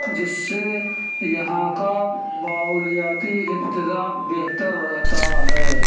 جس سے یہاں کا ماحولیاتی انتظام بہتر رہتا ہے